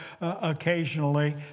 occasionally